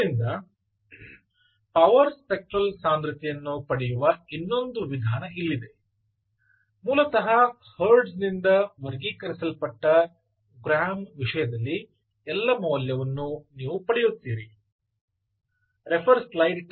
ಆದ್ದರಿಂದ power spectral ಸಾಂದ್ರತೆಯನ್ನು ಪಡೆಯುವ ಇನ್ನೊಂದು ವಿಧಾನ ಇಲ್ಲಿದೆ ಮೂಲತಃ ಹರ್ಟ್ಜ್ ನಿಂದ ವರ್ಗೀಕರಿಸಲ್ಪಟ್ಟ ಗ್ರಾಂ ವಿಷಯದಲ್ಲಿ ಎಲ್ಲ ಮೌಲ್ಯವನ್ನೂ ನೀವು ಪಡೆಯುತ್ತೀರಿ